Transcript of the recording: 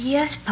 Yes